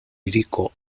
hiriko